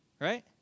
right